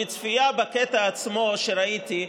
מצפייה בקטע עצמו, שראיתי,